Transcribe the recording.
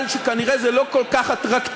כנראה בגלל שזה לא כל כך אטרקטיבי,